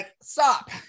stop